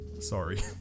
sorry